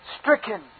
stricken